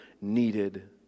needed